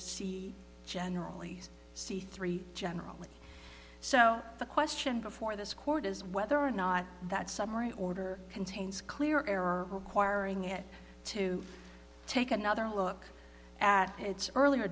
c generally c three generally so the question before this court is whether or not that summary order contains clear error requiring it to take another look at its earlier